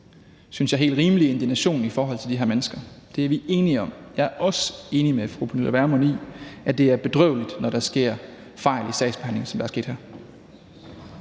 synes jeg, helt rimelige indignation i forhold til de her mennesker. Det er vi enige om. Jeg er også enig med fru Pernille Vermund i, at det er bedrøveligt, når der sker fejl i sagsbehandlingen, som der er sket her.